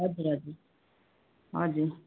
हजुर हजुर हजुर